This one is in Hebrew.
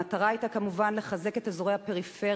המטרה היתה כמובן לחזק את אזורי הפריפריה,